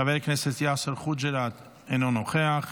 חבר הכנסת יאסר חוג'יראת, אינו נוכח.